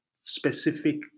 specific